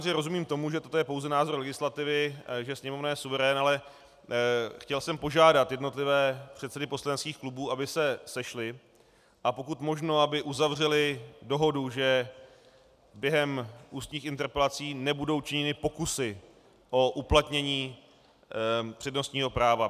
Já samozřejmě rozumím tomu, že toto je pouze názor legislativy, že Sněmovna je suverén, ale chtěl jsem požádat jednotlivé předsedy poslaneckých klubů, aby se sešli a pokud možno aby uzavřeli dohodu, že během ústních interpelací nebudou činěny pokusy o uplatnění přednostního práva.